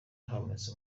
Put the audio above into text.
habonetse